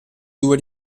due